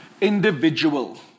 individual